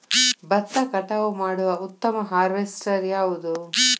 ಭತ್ತ ಕಟಾವು ಮಾಡುವ ಉತ್ತಮ ಹಾರ್ವೇಸ್ಟರ್ ಯಾವುದು?